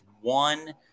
one